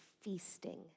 feasting